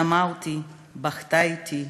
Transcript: שמעה אותי, בכתה אתי,